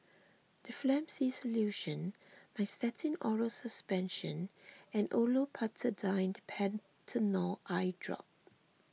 Difflam C Solution Nystatin Oral Suspension and Olopatadine Patanol Eyedrop